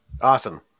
Awesome